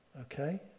Okay